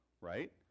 right